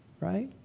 right